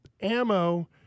ammo